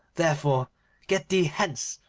therefore get thee hence,